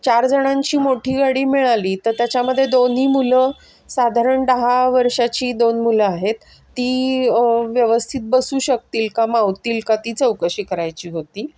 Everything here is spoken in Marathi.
चार जणांची मोठी गाडी मिळाली तर त्याच्यामध्ये दोन्ही मुलं साधारण दहा वर्षाची दोन मुलं आहेत ती व्यवस्थित बसू शकतील का मावतील का ती चौकशी करायची होती